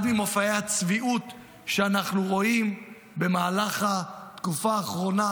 אחד ממופעי הצביעות שאנחנו רואים במהלך התקופה האחרונה,